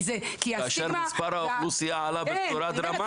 כי הסטיגמה --- כאשר מספר האוכלוסיה עלה בצורה דרמטית.